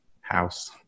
house